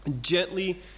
gently